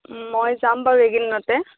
মই যাম বাৰু এইকেইদিনতে